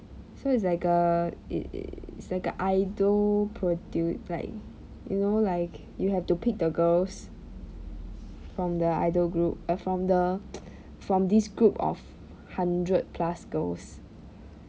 so it's like a err err it's like a idol produ~ like you know like you have to pick the girls from the idol group err from the from this group of hundred plus girls